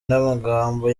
n’amagambo